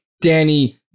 Danny